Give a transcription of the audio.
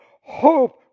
Hope